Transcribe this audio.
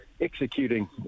executing